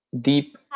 Deep